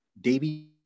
Davey